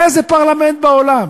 באיזה פרלמנט בעולם,